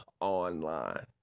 online